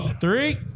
three